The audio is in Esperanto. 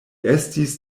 estis